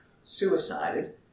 suicided